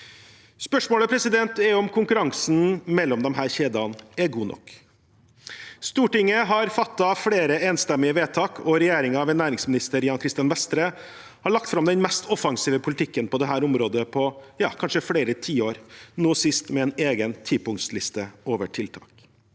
Spørsmålet er om konkurransen mellom disse kjedene er god nok. Stortinget har fattet flere enstemmige vedtak, og regjeringen, ved næringsminister Jan Christian Vestre, har lagt fram den mest offensive politikken på dette området på kanskje flere tiår, nå sist med en egen tipunktsliste over tiltak.